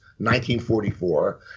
1944